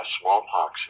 smallpox